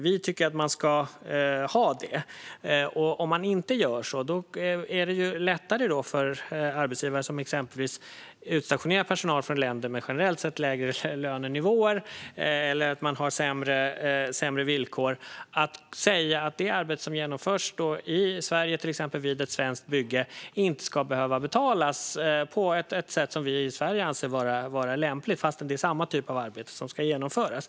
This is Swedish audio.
Vi tycker att de ska ha det. Om man inte gör så gör man det lättare för arbetsgivare som exempelvis har utstationerad personal från länder med generellt sett lägre lönenivåer eller sämre villkor. Det blir lättare för dem att säga att arbete som genomförs i Sverige, till exempel vid ett svenskt bygge, inte ska behöva betalas på ett sätt som vi annars i Sverige anser vara lämpligt, trots att det är samma typ av arbete som ska genomföras.